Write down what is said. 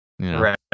Right